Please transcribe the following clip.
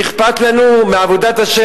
אכפת לנו מעבודת ה'?